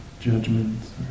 judgments